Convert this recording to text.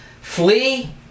Flee